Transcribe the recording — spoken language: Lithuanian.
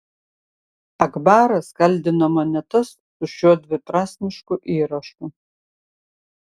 akbaras kaldino monetas su šiuo dviprasmišku įrašu